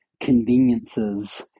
Conveniences